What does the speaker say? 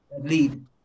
lead